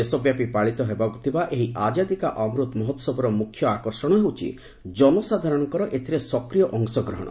ଦେଶବ୍ୟାପୀ ପାଳିତ ହେବାକୁ ଥିବା ଏହି ଆଜାଦି କା ଅମୃତ ମହୋତ୍ସବର ମୁଖ୍ୟ ଆକର୍ଷଣ ହେଉଛି ଜନସାଧାରଣଙ୍କର ଏଥିରେ ସକ୍ୟିୟ ଅଂଶଗ୍ହଣ